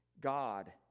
God